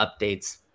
updates